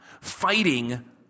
Fighting